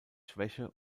schwäche